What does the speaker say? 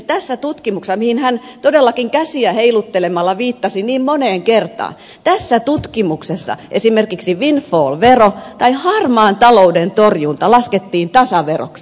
tässä tutkimuksessa mihin hän todellakin käsiä heiluttelemalla viittasi niin moneen kertaan esimerkiksi windfall vero tai harmaan talouden torjunta laskettiin tasaveroksi